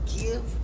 give